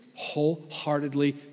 wholeheartedly